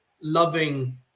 loving